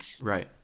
Right